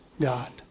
God